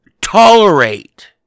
tolerate